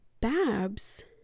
babs